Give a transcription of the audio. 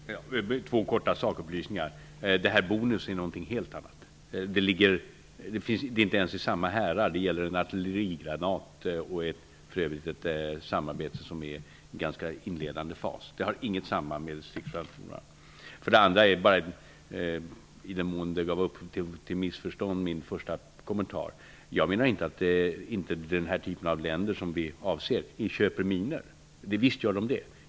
Fru talman! Jag vill ge två kortfattade sakupplysningar. Bonus är något helt annat. Det är inte ens fråga om samma härad. Det gäller en artillerigranat och för övrigt ett samarbete som befinner sig i en ganska inledande fas. I den mån min första kommentar gav upphov till missförstånd vill jag säga att jag inte menar att den typ av länder som vi avser inte köper minor. Det gör de visst.